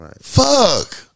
Fuck